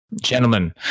Gentlemen